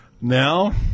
now